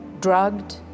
drugged